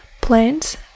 plants